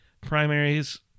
primaries